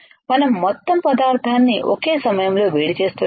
మనం మొత్తం పదార్థాన్ని ఒకే సమయంలో వేడి చేస్తున్నామా